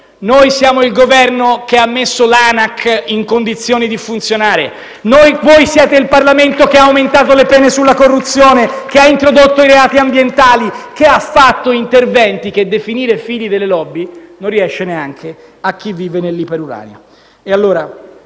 Noi siamo il Governo che ha messo l'ANAC in condizione di funzionare. *(Applausi dal Gruppo PD)*. Voi siete il Parlamento che ha aumentato le pene sulla corruzione, che ha introdotto i reati ambientali, che ha fatto interventi che definire figli delle *lobby* non riesce neanche a chi vive nell'Iperuranio.